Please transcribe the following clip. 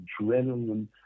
adrenaline